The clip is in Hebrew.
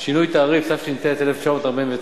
(שינוי תעריף) התש"ט 1949,